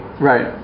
Right